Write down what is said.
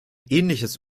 ähnliches